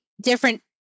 different